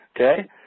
Okay